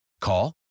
Call